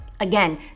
Again